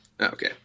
Okay